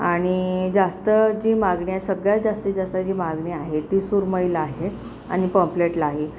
आणि जास्त जी मागणी आहे सगळ्यात जास्तीत जास्त जी मागणी आहे ती सुरमईला आहे आणि पाँम्प्लेटला आहे